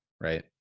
right